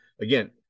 again